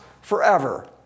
forever